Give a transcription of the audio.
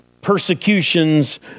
Persecutions